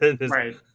Right